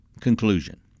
conclusion